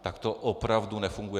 Tak to opravdu nefunguje.